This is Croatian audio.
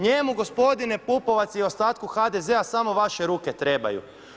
Njemu gospodine Pupovac i ostatku HDZ-a samo vaše ruke trebaju.